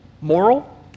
moral